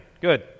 Good